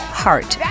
heart